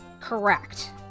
Correct